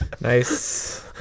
Nice